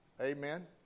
Amen